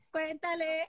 Cuéntale